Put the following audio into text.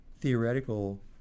theoretical